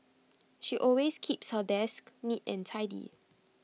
she always keeps her desk neat and tidy